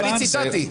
אני ציטטתי.